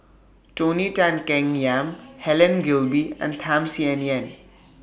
Tony Tan Keng Yam Helen Gilbey and Tham Sien Yen